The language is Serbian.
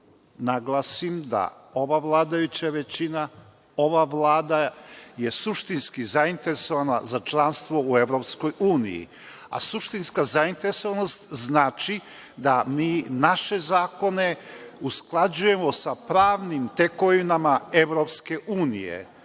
naglasim da ova vladajuća većina, ova Vlada je suštinski zainteresovana za članstvo u EU, a suštinska zainteresovanost znači da mi naše zakone usklađujemo sa pravnim tekovinama EU. To je